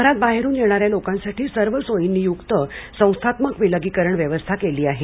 शहरात बाहेरून येणाऱ्या लोकांसाठी सर्व सोयींनीयुक्त संस्थात्मक विलगीकरण व्यवस्था केली आहे